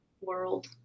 world